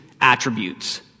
attributes